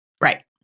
Right